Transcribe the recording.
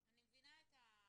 אני מבינה את המחלוקות,